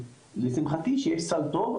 לשמחתי יש סל טוב,